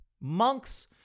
Monks